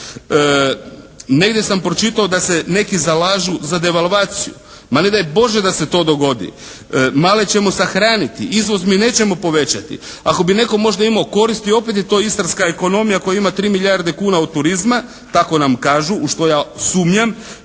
Negdje sam pročitao da se neki zalažu za devalvaciju. Pa ne daj Bože da se to dogodi. Male ćemo sahraniti. Izvoz mi nećemo povećati. Ako bi netko možda imao koristi opet je to istarska ekonomija koja ima 3 milijarde kuna od turizma, tako nam kažu, u što ja sumnjam